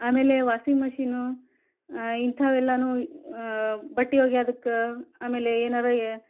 ಆಮೇಲೆ washing machine ಇಂಥವೆಲ್ಲನೂ ಬಟ್ಟೆ ಒಗ್ಯೋದಕ್ಕೆ ಆಮೇಲೆ ಏನಾರು ಯೇ